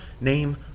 name